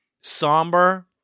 somber